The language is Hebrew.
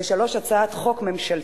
3. הצעת חוק ממשלתית.